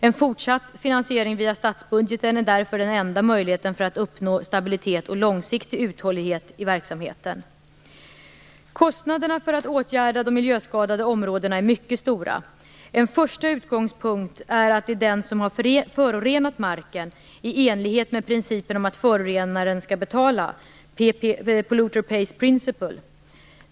En fortsatt finansiering via statsbudgeten är därför den enda möjligheten att uppnå stabilitet och långsiktig uthållighet i verksamheten. Kostnaderna för att åtgärda de miljöskadade områdena är mycket stora. En första utgångspunkt är att det är den som har förorenat marken som i enlighet med principen om förorenaren, PPP - Polluter Pays Principle - skall betala.